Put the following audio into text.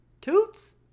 Toots